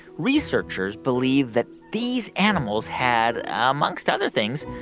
researchers believe that these animals had, amongst other things,